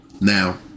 now